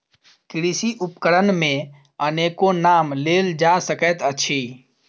कृषि उपकरण मे अनेको नाम लेल जा सकैत अछि